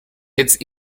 it’s